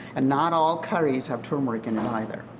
not all curries have turmeric and either.